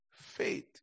faith